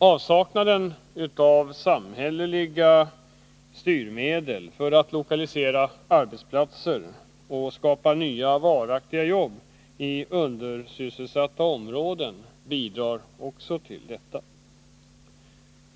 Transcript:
Avsaknaden av samhälleliga styrmedel för att lokalisera arbetsplatser och skapa nya, varaktiga jobb i undersysselsatta områden bidrar också till detta.